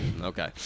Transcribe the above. Okay